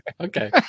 Okay